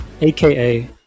aka